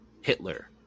Hitler